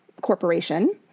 corporation